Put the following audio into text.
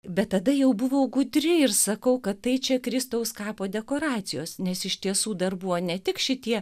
bet tada jau buvau gudri ir sakau kad tai čia kristaus kapo dekoracijos nes iš tiesų dar buvo ne tik šitie